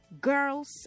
girls